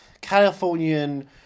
Californian